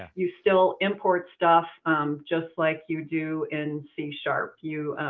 ah you still import stuff just like you do in c sharp. you